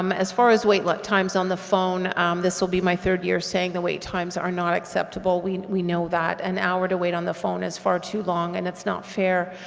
um as far as wait like times on the phone this will be my third year saying the wait times are not acceptable. we we know that an hour to wait on the phone as far too long and it's not fair.